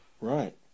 Right